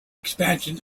expansion